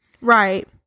Right